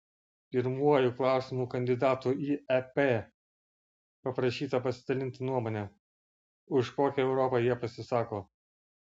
pirmuoju klausimu kandidatų į ep paprašyta pasidalinti nuomone už kokią europą jie pasisako